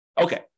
Okay